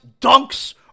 dunks